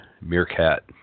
meerkat